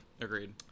agreed